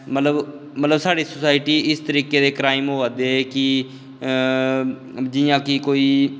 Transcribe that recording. मतलब साढ़ी सोसाईटी इस तरीके दे क्राईम होआ दे कि जि'यां कि कोई